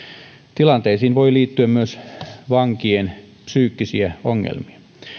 tilanteisiin voi liittyä myös vankien psyykkisiä ongelmia